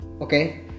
Okay